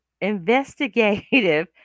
investigative